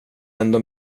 ändå